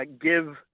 give